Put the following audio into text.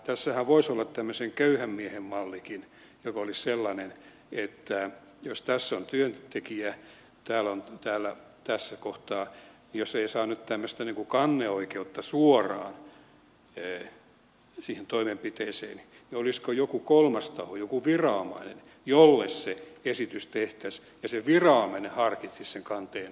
tässähän voisi olla tämmöinen köyhän miehen mallikin joka olisi sellainen että jos on työntekijä joka ei tässä kohtaa saa nyt tämmöistä kanneoikeutta suoraan siihen toimenpiteeseen niin olisiko joku kolmas taho joku viranomainen jolle se esitys tehtäisiin ja se viranomainen harkitsisi sen kanteen nostamista